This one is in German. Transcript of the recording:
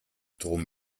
drum